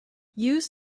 use